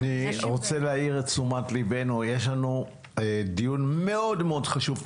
אני רוצה להעיר את תשומת ליבנו יש לנו דיון מאוד מאוד חשוב.